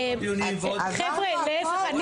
עברנו הכול.